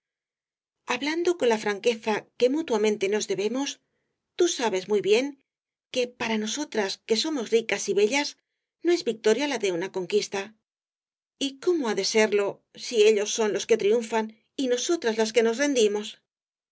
hablando con la franqueza que mutuamente nos debemos tú sabes muy bien que para nosotras que somos ricas y bellas no es victoria la de una conquista y cómo ha de serlo si ellos son los que triunfan y nosotras las que nos rendimos